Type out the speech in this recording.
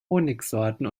honigsorten